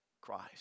Christ